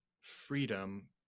freedom